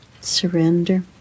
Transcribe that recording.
surrender